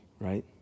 right